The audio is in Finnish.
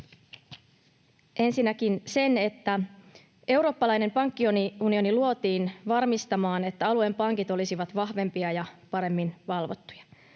ensinnäkin sen, että eurooppalainen pankkiunioni luotiin varmistamaan, että alueen pankit olisivat vahvempia ja paremmin valvottuja.